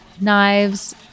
knives